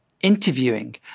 interviewing